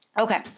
Okay